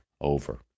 over